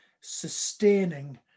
sustaining